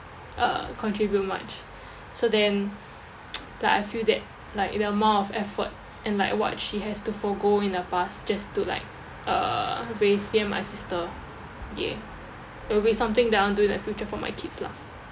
uh contribute much so then like I feel that like the amount of effort and like what she has to forgo in the past just to like uh raise me and my sister ya would be something that I want to do in the future for my kids lah